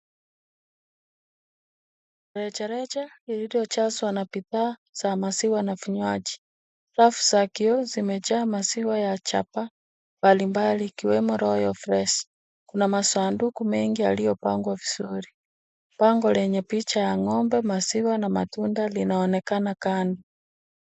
Rejareja lililojazwa na bidhaa za maziwa na maji. Rafu za kioo zimejaa maziwa ya chapaa mbalimbali zikiwemo [royal fresh]. Kuna masanduku mengi yaliyopangwa vizuri. Bango lenye picha ya ng'ombe, maziwa na matunda linaonekana kando.